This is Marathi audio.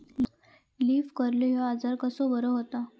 लीफ कर्ल ह्यो आजार कसो बरो व्हता?